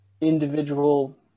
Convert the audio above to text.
individual